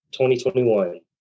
2021